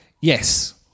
Yes